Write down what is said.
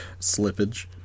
slippage